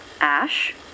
Ash